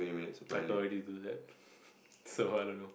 I could already do that so I don't know